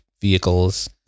vehicles